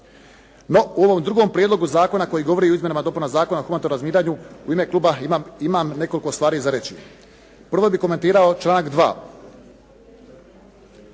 No, u ovom drugom prijedlogu zakona koji govori o izmjenama i dopunama Zakona o humanitarnom razminiranju u ima kluba imam nekoliko stvari za reći. Prvo bih komentirao članak 2.